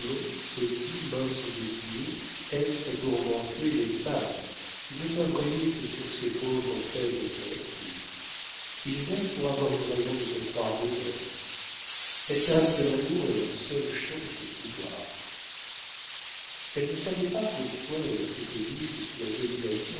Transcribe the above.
petits minces et fluets aiment à tourmenter les femmes ils ne peuvent régner que sur ces pauvres faibles créatures ils aiment pour avoir une raison de se croire des hommes la tyrannie de l'amour est leur seule chance de pouvoir elle ne savait pas pourquoi elle s'était mise sous la domination